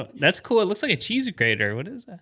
but that's cool. it looks like a cheese grater. what is it?